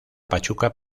pachuca